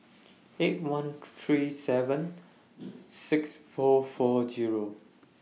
eight one Tree three seven six four four